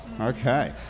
Okay